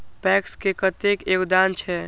PACS के कतेक योगदान छै?